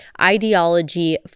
ideology